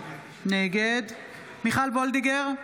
נגד מיכל מרים וולדיגר,